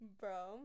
bro